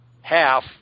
half